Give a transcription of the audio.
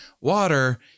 water